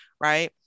right